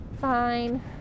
fine